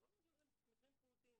רוב המקרים הם מקרים פעוטים,